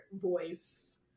voice